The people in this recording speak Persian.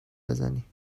بزنی